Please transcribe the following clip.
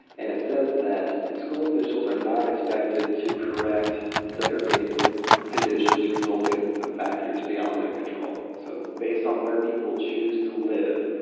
and it says that the school officials are not expected to correct segregative conditions resulting from factors beyond their control. so based on where people choose to live,